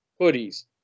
hoodies